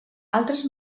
altres